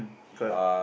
correct